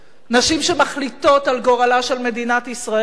נשים שמחליטות על גורלה של מדינת ישראל.